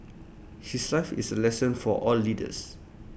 his life is A lesson for all leaders